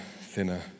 thinner